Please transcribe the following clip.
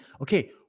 Okay